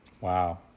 Wow